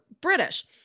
British